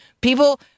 People